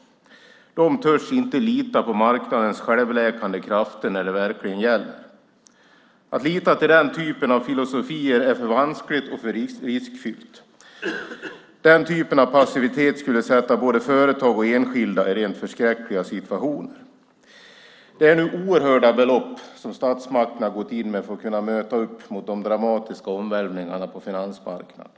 De törs inte lita på marknadens självläkande krafter när det verkligen gäller. Att lita till den typen av filosofier är för vanskligt och riskfyllt. Den typen av passivitet skulle sätta både företag och enskilda i rent förskräckliga situationer. Det är oerhörda belopp som statsmakterna har gått in med för att kunna möta de dramatiska omvälvningarna på finansmarknaderna.